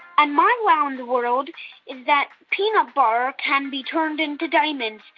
and my wow in the world is that piano butter can be turned into diamonds.